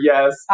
Yes